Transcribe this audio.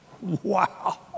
Wow